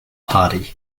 party